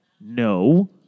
No